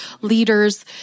leaders